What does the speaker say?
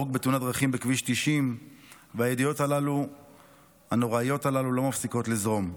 הרוג בתאונת דרכים בכביש 90 והידיעות הנוראיות הללו לא מפסיקות לזרום.